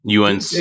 UNC